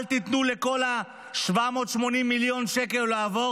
אל תיתנו לכל ה-780 מיליון שקל לעבור